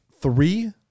three